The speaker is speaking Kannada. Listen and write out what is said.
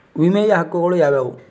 ವಿಮೆಯ ಹಕ್ಕುಗಳು ಯಾವ್ಯಾವು?